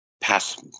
pass